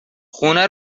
خونه